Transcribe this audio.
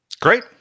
Great